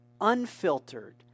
unfiltered